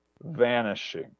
vanishing